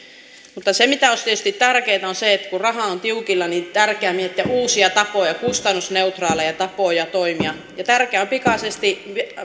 mutta se mikä olisi tietysti tärkeintä on se että kun raha on tiukilla niin on tärkeää miettiä uusia kustannusneutraaleja tapoja toimia ja tärkeää on pikaisesti